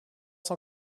cent